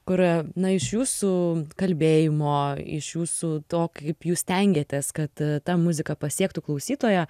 kur na iš jūsų kalbėjimo iš jūsų to kaip jūs stengiatės kad ta muzika pasiektų klausytoją